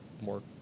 more